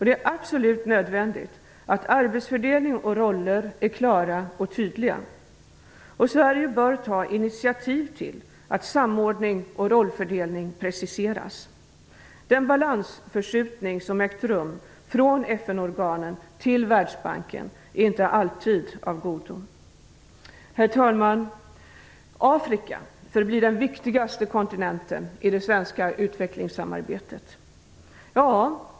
Det är absolut nödvändigt att arbetsfördelning och roller är klara och tydliga. Sverige bör ta initiativ till att samordning och rollfördelning preciseras. Den balansförskjutning som ägt rum från FN-organen till Världsbanken är inte alltid av godo. Herr talman! Afrika förblir den viktigaste kontinenten i det svenska utvecklingssamarbetet.